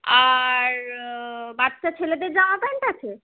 আর বাচ্চা ছেলেদের জামা প্যান্ট আছে